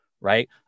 right